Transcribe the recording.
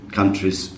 countries